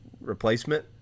replacement